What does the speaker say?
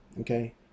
okay